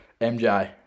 MJ